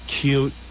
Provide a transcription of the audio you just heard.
cute